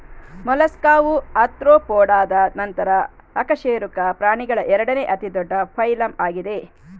ಮೊಲಸ್ಕಾವು ಆರ್ತ್ರೋಪೋಡಾದ ನಂತರ ಅಕಶೇರುಕ ಪ್ರಾಣಿಗಳ ಎರಡನೇ ಅತಿ ದೊಡ್ಡ ಫೈಲಮ್ ಆಗಿದೆ